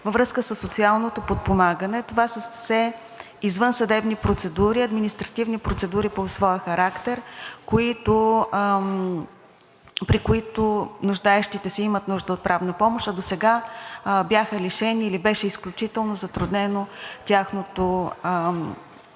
във връзка със социалното подпомагане. Това са все извънсъдебни процедури, административни процедури по своя характер, при които нуждаещите се имат нужда от правна помощ. Досега бяха лишени или беше изключително затруднено тяхното прилагане.